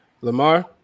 Lamar